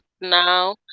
now